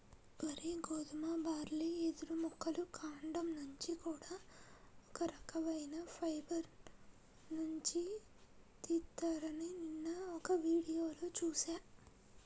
వరి, గోధుమ, బార్లీ, వెదురు మొక్కల కాండం నుంచి కూడా ఒక రకవైన ఫైబర్ నుంచి తీత్తారని నిన్న ఒక వీడియోలో చూశా